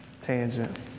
tangent